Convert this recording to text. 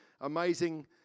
amazing